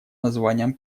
названием